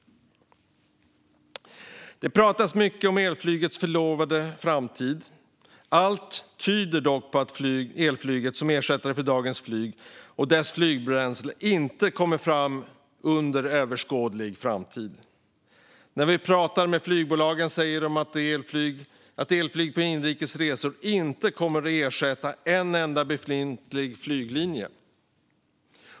Det pratas mycket om elflygets förlovade framtid. Allt tyder dock på att elflyg som ersättare för dagens flyg och dess flygbränsle inte kommer fram under överskådlig framtid. Flygbolagen säger att elflyg på inrikes resor inte kommer att kunna ersätta en enda befintlig flyglinje.